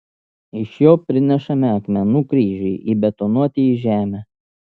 iš jo prinešame akmenų kryžiui įbetonuoti į žemę